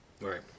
Right